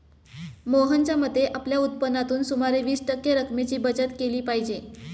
मोहनच्या मते, आपल्या उत्पन्नातून सुमारे वीस टक्के रक्कमेची बचत केली पाहिजे